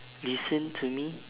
listen to me